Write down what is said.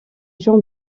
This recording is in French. jean